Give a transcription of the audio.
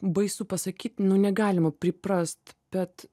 baisu pasakyt nu negalima priprast bet